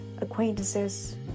acquaintances